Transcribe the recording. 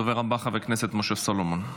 הדובר הבא, חבר הכנסת משה סולומון.